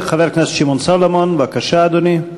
חבר הכנסת שמעון סולומון, בבקשה, אדוני.